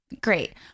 great